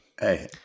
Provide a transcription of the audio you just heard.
Hey